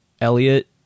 Elliot